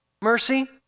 mercy